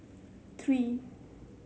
three